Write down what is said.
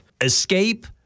escape